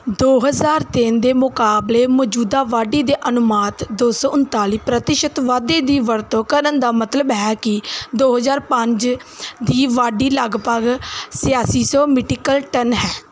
ਦੋ ਹਜ਼ਾਰ ਤਿੰਨ ਦੇ ਮੁਕਾਬਲੇ ਮੌਜੂਦਾ ਵਾਢੀ ਦੇ ਅਨੁਮਾਤ ਦੋ ਸੌ ਉਨਤਾਲੀ ਪ੍ਰਤੀਸ਼ਤ ਵਾਧੇ ਦੀ ਵਰਤੋਂ ਕਰਨ ਦਾ ਮਤਲਬ ਹੈ ਕਿ ਦੋ ਹਜ਼ਾਰ ਪੰਜ ਦੀ ਵਾਢੀ ਲਗਭਗ ਛਿਆਸੀ ਸੌ ਮੀਟੀਕਲ ਟਨ ਹੈ